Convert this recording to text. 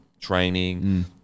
training